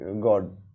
god